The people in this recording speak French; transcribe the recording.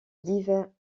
divers